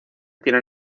tienen